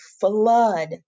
flood